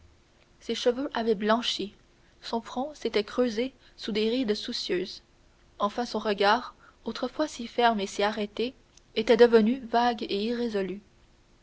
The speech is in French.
ses cheveux avaient blanchi son front s'était creusé sous des rides soucieuses enfin son regard autrefois si ferme et si arrêté était devenu vague et irrésolu